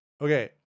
Okay